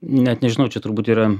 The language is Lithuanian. net nežinau čia turbūt yra